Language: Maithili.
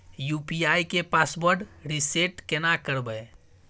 यु.पी.आई के पासवर्ड रिसेट केना करबे?